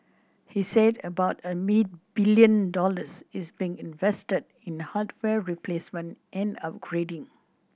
he said about a billion dollars is being invested in hardware replacement and upgrading